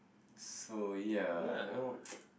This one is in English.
so ya you know